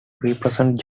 represent